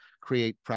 create